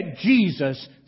Jesus